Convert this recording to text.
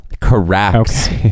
correct